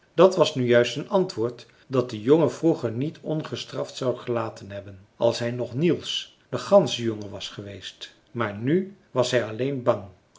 dat was nu juist een antwoord dat de jongen vroeger niet ongestraft zou gelaten hebben als hij nog niels de ganzenjongen was geweest maar nu was hij alleen bang